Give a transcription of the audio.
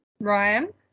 Ryan